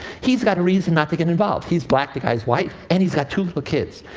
he's got a reason not to get involved. he's black, the guy's white, and he's got two kids.